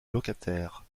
locataire